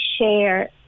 share